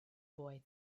boy